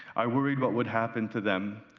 i worried what would happen to them,